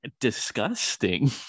disgusting